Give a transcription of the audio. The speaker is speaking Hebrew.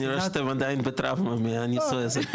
אני רואה שאתם עדיין בטראומה מהניסוי הזה.